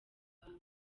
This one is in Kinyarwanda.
ababo